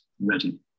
ready